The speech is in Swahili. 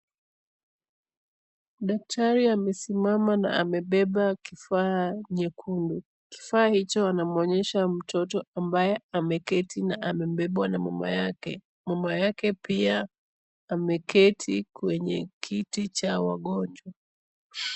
Daktari amesimama na amebeba kifaa chekundu. Kifaa hicho anamwonyesha mtoto ambaye ameketi na amebebwa na mama yake. Mama yake pia ameketi kwenye kiti cha wagonjwa.